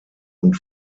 und